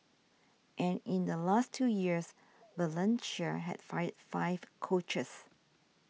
and in the last two years Valencia had fired five coaches